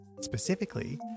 Specifically